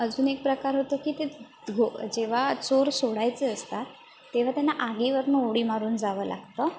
अजून एक प्रकार होतो की ते हो जेव्हा चोर सोडायचे असतात तेव्हा त्यांना आगीवरून उडी मारून जावं लागतं